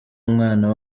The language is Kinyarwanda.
umwana